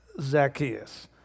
Zacchaeus